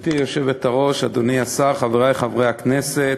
גברתי היושבת-ראש, אדוני השר, חברי חברי הכנסת,